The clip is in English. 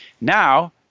Now